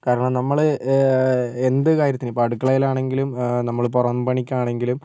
കാരണം നമ്മള് എന്ത് കാര്യത്തിനും ഇപ്പോൾ അടുക്കളേലാണെങ്കിലും നമ്മള് പുറം പണിക്കാണങ്കിലും